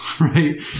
right